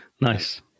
Nice